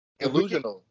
illusional